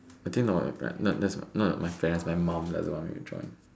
I think not my parents not my my mom doesn't want me to join